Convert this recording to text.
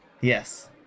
Yes